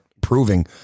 proving